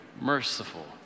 merciful